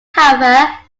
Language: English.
however